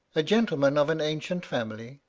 a gentleman of an ancient family,